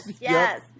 yes